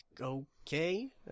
okay